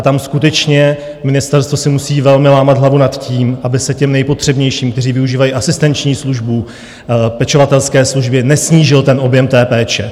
Tam skutečně si ministerstvo musí velmi lámat hlavu nad tím, aby se těm nejpotřebnějším, kteří využívají asistenční službu, pečovatelské služby, nesnížil objem péče.